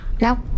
No